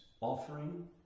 offering